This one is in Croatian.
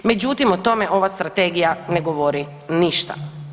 Međutim, o tome ova strategija ne govori ništa.